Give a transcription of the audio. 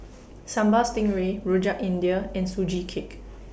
Sambal Stingray Rojak India and Sugee Cake